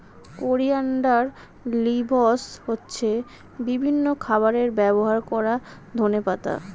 coriander leaves হচ্ছে বিভিন্ন খাবারে ব্যবহার করা ধনেপাতা